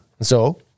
so-